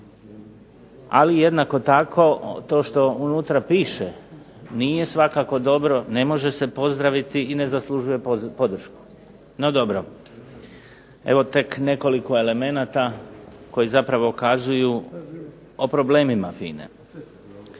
ali jednako tako to što unutra piše nije svakako dobro, ne može se pozdraviti i ne zaslužuje podršku. No dobro, evo tek nekoliko elemenata koji zapravo kazuju o problemima FINA-e.